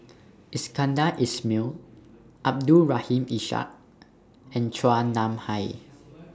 Iskandar Ismail Abdul Rahim Ishak and Chua Nam Hai